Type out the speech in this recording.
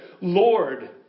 Lord